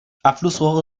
abflussrohre